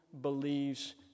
believes